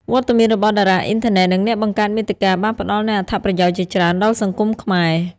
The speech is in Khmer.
វត្តមានរបស់តារាអុីនធឺណិត និងអ្នកបង្កើតមាតិកាបានផ្តល់នូវអត្ថប្រយោជន៍ជាច្រើនដល់សង្គមខ្មែរ។